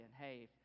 hey